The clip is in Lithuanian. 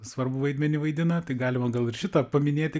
svarbų vaidmenį vaidina tai galima gal ir šitą paminėti